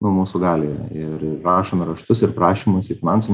nu mūsų galioje ir ir rašome raštus ir prašymus į finansų